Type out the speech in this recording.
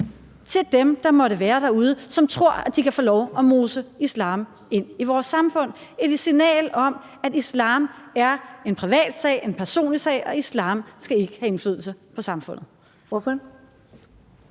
til dem, der måtte være derude, som tror, at de kan få lov at mose islam ind i vores samfund; et signal om, at islam er en privat sag, en personlig sag, og at islam ikke skal have indflydelse på samfundet.